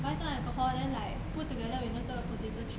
buy some alcohol then like put together with 那个 potato chip